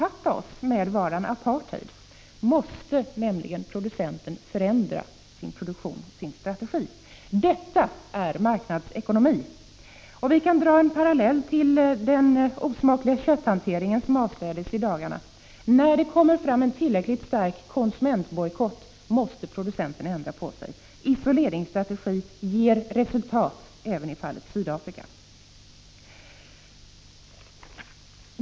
jordbruksvaror från med varan apartheid måste producenten förändra sin produktion, sin strategi. Detta är marknadsekonomi. Vi kan dra en parallell till den osmakliga kötthantering som avslöjades i dagarna. När det kom fram en tillräckligt stark konsumentbojkott måste producenten ändra sig. Isoleringsstrategi ger resultat även i Sydafrika.